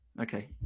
Okay